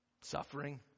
suffering